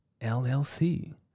LLC